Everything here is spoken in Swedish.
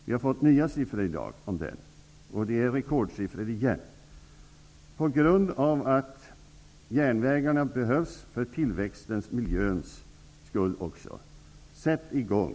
Det har kommit nya siffror om arbetslösheten i dag. Det är rekordsiffror igen. Järnvägarna behövs också för tillväxtens och miljöns skull. Sätt i gång!